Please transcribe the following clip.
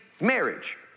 marriage